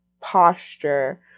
posture